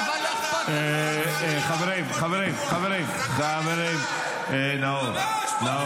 חבר הכנסת נאור שירי, חבר הכנסת